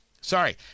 sorry